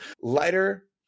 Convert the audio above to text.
Lighter